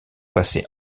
passé